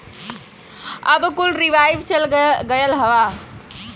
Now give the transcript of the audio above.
अब कुल रीवाइव चल गयल हौ